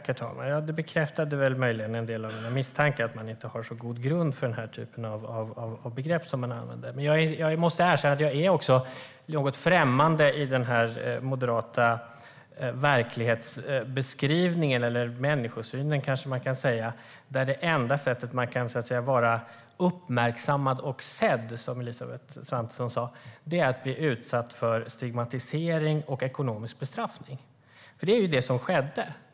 Herr talman! Det bekräftade möjligen en del av mina misstankar, att man inte har så god grund för den här typen av begrepp som man använder. Men jag måste erkänna att jag är något främmande i den moderata verklighetsbeskrivningen - eller människosynen, kanske man kan säga - där det enda sättet man kan vara uppmärksammad och sedd, som Elisabeth Svantesson sa, är att bli utsatt för stigmatisering och ekonomisk bestraffning, för det var ju vad som skedde.